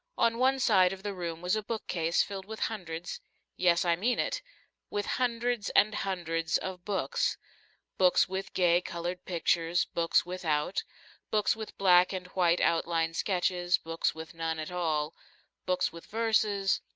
on one side of the room was a bookcase filled with hundreds yes, i mean it with hundreds and hundreds of books books with gay-colored pictures, books without books with black and white outline-sketches, books with none at all books with verses,